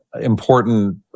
Important